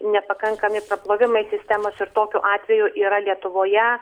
nepakankami praplovimai sistemos ir tokių atvejų yra lietuvoje